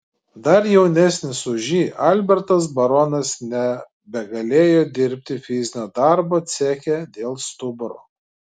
dar jaunesnis už jį albertas baronas nebegalėjo dirbti fizinio darbo ceche dėl stuburo